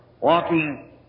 walking